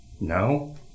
No